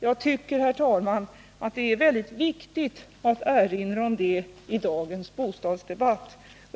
Jag tycker, herr talman, att det är viktigt att erinra om detta i dagens bostadsdebatt.